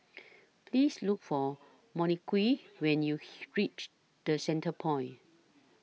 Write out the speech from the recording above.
Please Look For Monique when YOU REACH The Centrepoint